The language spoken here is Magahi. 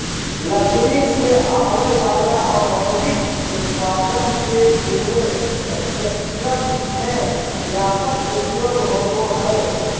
लकड़ी से आवय वला औद्योगिक उत्पादन के पूरे स्पेक्ट्रम में व्यापक उपयोग होबो हइ